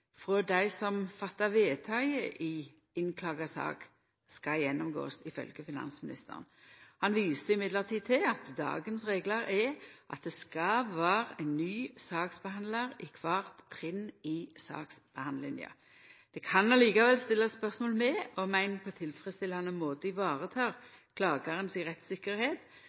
dei som fatta vedtaket i innklaga sak, skal gjennomgåast, ifølgje finansministeren. Men han viser til at dagens reglar er at det skal vera ein ny saksbehandlar i kvart trinn i saksbehandlinga. Det kan likevel stillast spørsmål ved om ein på ein tilfredsstillande måte varetek klagaren